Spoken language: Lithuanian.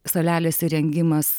salelės įrengimas